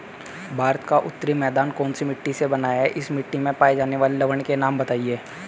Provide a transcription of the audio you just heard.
भारत का उत्तरी मैदान कौनसी मिट्टी से बना है और इस मिट्टी में पाए जाने वाले लवण के नाम बताइए?